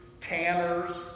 tanners